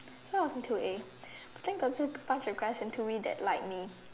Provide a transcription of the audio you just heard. so I was in two a but I think got this bunch of guys in two B that liked me